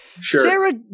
Sarah